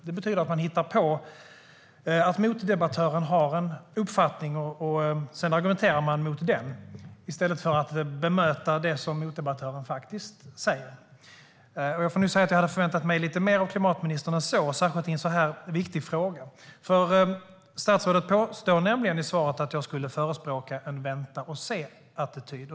Det betyder att man hittar på att motdebattören har en uppfattning, och sedan argumenterar man mot den i stället för att bemöta det som motdebattören faktiskt säger. Jag hade nog förväntat mig lite mer av klimatministern än så, särskilt i en så här viktig fråga. Statsrådet påstår nämligen i svaret att jag skulle förespråka en "vänta-och-se-attityd".